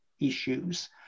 issues